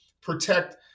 protect